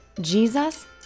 Jesus